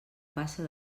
passa